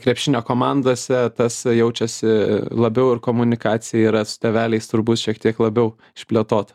krepšinio komandose tas jaučiasi labiau ir komunikacija yra su tėveliais turbūt šiek tiek labiau išplėtota